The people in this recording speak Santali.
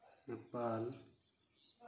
ᱱᱮᱯᱟᱞ